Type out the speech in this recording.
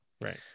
Right